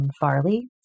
Farley